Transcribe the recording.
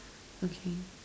okay